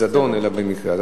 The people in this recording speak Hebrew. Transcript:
במקרה שזה לא בזדון אלא במקרה.